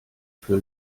für